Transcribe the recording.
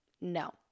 No